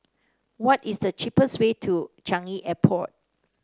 what is the cheapest way to Changi Airport